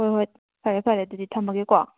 ꯍꯣꯏ ꯍꯣꯏ ꯐꯔꯦ ꯐꯔꯦ ꯑꯗꯨꯗꯤ ꯊꯝꯃꯒꯦꯀꯣ